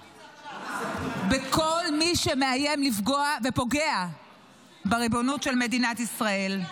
הכי חזק ----- בכל מי שמאיים לפגוע ופוגע בריבונות של מדינת ישראל.